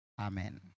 Amen